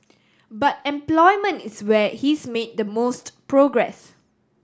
but employment is where he's made the most progress